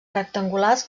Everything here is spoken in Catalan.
rectangulars